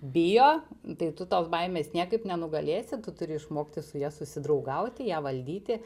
bijo tai tu tos baimės niekaip nenugalėsi tu turi išmokti su ja susidraugauti ją valdyti